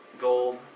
gold